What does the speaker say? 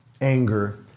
anger